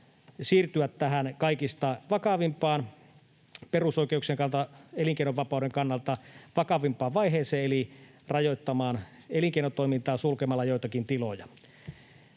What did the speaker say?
siirtyä tähän kaikista vakavimpaan — perusoikeuksien kannalta, elinkeinovapauden kannalta vakavimpaan — vaiheeseen eli rajoittamaan elinkeinotoimintaa sulkemalla joitakin tiloja.